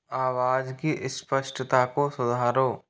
आवाज़ की स्पष्टता को सुधारो